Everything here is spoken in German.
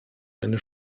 eine